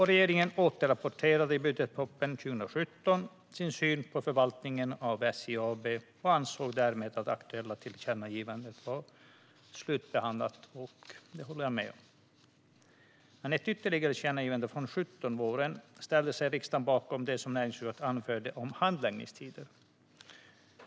Regeringen återrapporterade i budgetpropositionen 2017 sin syn på förvaltningen av SJ AB och ansåg därmed att det aktuella tillkännagivandet var slutbehandlat. I ett ytterligare tillkännagivande från våren 2017 ställde sig riksdagen bakom det som näringsutskottet anförde om handläggningstider.